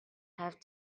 have